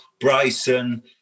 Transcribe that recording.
Bryson